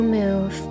move